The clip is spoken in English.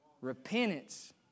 Repentance